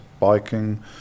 biking